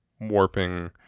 warping